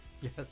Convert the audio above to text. Yes